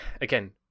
again